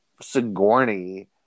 Sigourney